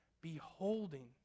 beholding